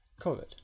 COVID